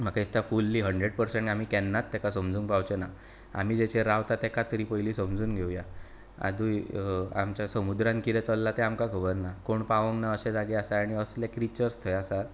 म्हाका दिसता fully hundred percent आमी तेका केन्नाच समजूंक पावचे नात आमी जशें रावता तेका तरी पयलीं समजून घेवया आजूय आमच्या समुद्रांत कितें चल्लां तें आमकां खबर ना कोण पावोंक ना अशे जागे आसा आनी असले क्रिचर्स थंय आसात